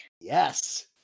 Yes